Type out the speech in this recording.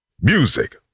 Music